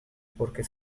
porque